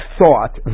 thought